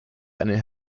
eine